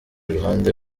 ruhande